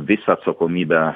visą atsakomybę